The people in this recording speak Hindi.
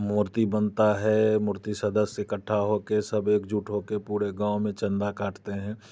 मूर्ति बनता है मूर्ति सदस्य इकट्ठा होके सब एकजुट होके पूरे गांव में चंदा काटते हैं